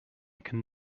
can